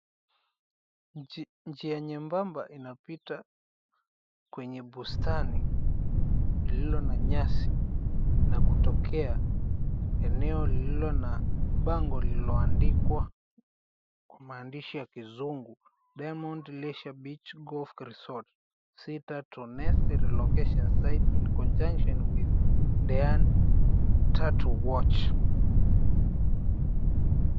Njia nyembamba inapita kwenye bustani lililo na nyasi na kutokea eneo lililo na bango lililoandikwa kwa maandishi ya kizungu Diamond Leisure Beach Golf Resort sita to ness relocation site in conjunction with the young turtle watch.